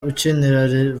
ukinira